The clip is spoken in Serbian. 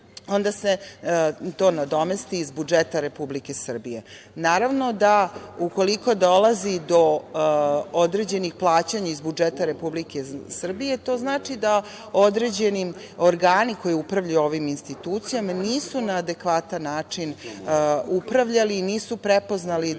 onda se to nadomesti iz budžeta Republike Srbije. Naravno da, ukoliko dolazi određenih plaćanja iz budžeta Republike Srbije to znači da određeni organi koji upravljaju ovim institucijama nisu na adekvatan način upravljali, nisu prepoznali